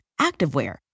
activewear